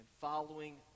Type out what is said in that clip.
following